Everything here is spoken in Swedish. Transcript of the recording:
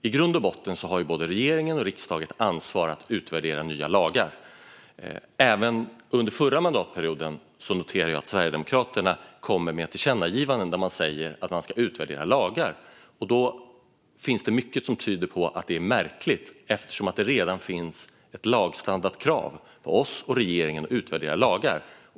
I grund och botten har både regeringen och riksdagen ett ansvar att utvärdera nya lagar. Även under förra mandatperioden noterade jag att Sverigedemokraterna kom med tillkännagivanden om att man ska utvärdera lagar. Jag menar att detta är märkligt eftersom det redan finns ett lagstadgat krav på oss och regeringen att utvärdera lagar.